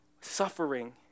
suffering